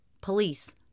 police